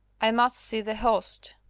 i must see the host.